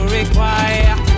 require